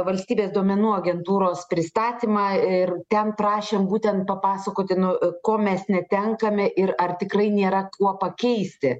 valstybės duomenų agentūros pristatymą ir ten prašėm būten papasakoti nu ko mes netenkame ir ar tikrai nėra kuo pakeisti